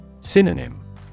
Synonym